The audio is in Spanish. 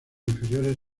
inferiores